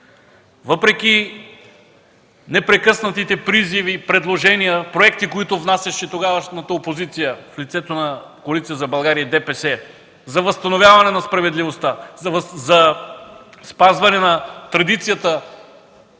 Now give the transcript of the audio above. Въпреки непрекъснатите призиви, предложения и проекти, които внасяше тогавашната опозиция в лицето на Коалиция за България и ДПС за възстановяване на справедливостта, за спазване на традицията,